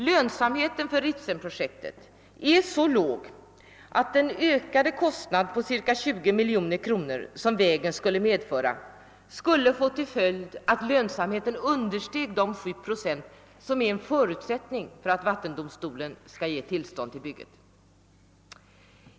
Lönsamheten för Ritsemprojektet är så låg att den ökade kostnad på cirka 20 miljoner kronor som vägen medför skulle få till följd att lönsamheten underskrider de sju procent som är en förutsättning för att vattendomstolen skall ge tillstånd till bygget.